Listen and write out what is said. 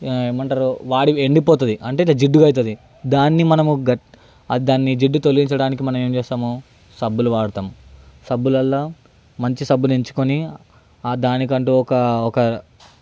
ఏమంటారు వాడివి ఎండిపోతది అంటే జిడ్డుగా అవుతుంది దాన్ని మనము గ దాన్ని జిడ్డు తొలగించడానికి మనం ఏం చేస్తాము సబ్బులు వాడతాం సబ్బులల్లో మంచి సబ్బుని ఎంచుకొని దానికంటూ ఒక ఒక